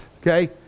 Okay